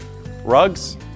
rugs